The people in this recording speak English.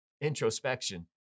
Introspection